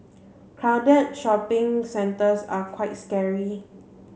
crowded shopping centres are quite scary